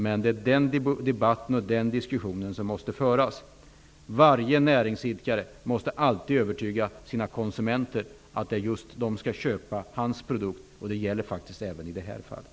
Men det är den debatten och den diskussionen som måste föras. Varje näringsidkare måste alltid övertyga sina konsumenter om att det är just hans produkt de skall köpa. Det gäller faktiskt även i det här fallet.